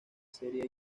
serie